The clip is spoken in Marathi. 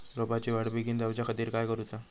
रोपाची वाढ बिगीन जाऊच्या खातीर काय करुचा?